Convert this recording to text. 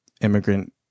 immigrant